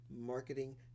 marketing